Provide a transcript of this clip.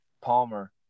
Palmer